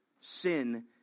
Sin